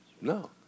No